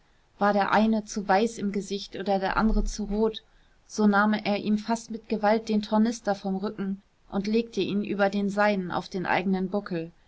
war der eine zu weiß im gesicht oder der andere zu rot so nahm er ihm fast mit gewalt den tornister vom rücken und legte ihn über den seinen auf den eigenen buckel